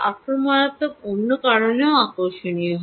আক্রমণাত্মক অন্য কারণেও আকর্ষণীয় হয়